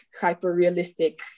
hyper-realistic